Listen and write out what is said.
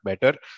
better